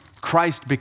Christ